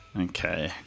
Okay